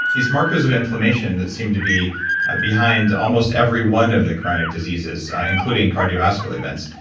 these markers of inflammation that seemed to be behind almost every one of the chronic diseases, including cardiovascular events,